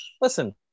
listen